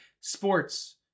sports